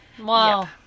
wow